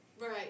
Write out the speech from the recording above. Right